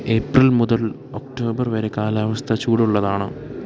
April മുതൽ October വരെ കാലാവസ്ഥ ചൂടുള്ളതാണ്